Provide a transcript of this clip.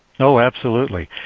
oh, absolutely.